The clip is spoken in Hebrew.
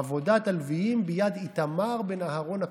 עבודת הנביאים, ביד איתמר בן אהרן הכהן.